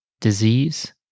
disease